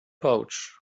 pouch